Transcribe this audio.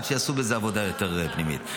עד שיעשו בזה עבודה יותר פנימית.